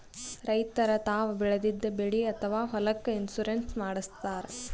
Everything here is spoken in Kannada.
ರೈತರ್ ತಾವ್ ಬೆಳೆದಿದ್ದ ಬೆಳಿ ಅಥವಾ ಹೊಲಕ್ಕ್ ಇನ್ಶೂರೆನ್ಸ್ ಮಾಡಸ್ತಾರ್